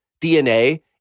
DNA